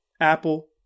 Apple